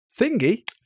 Thingy